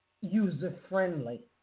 user-friendly